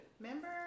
Remember